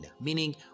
meaning